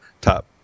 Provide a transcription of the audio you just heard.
top